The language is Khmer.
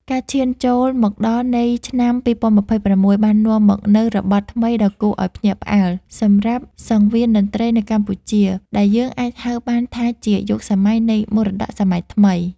ការឈានចូលមកដល់នៃឆ្នាំ ២០២៦ បាននាំមកនូវរបត់ថ្មីដ៏គួរឱ្យភ្ញាក់ផ្អើលសម្រាប់សង្វៀនតន្ត្រីនៅកម្ពុជា ដែលយើងអាចហៅបានថាជាយុគសម័យនៃ មរតកសម័យថ្មី ។